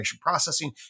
processing